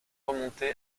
remontés